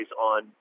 on